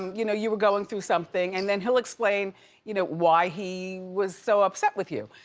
you know, you were going through something, and then he'll explain you know why he was so upset with you.